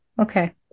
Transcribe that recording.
okay